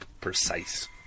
precise